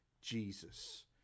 Jesus